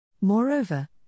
Moreover